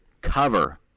Cover